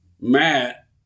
Matt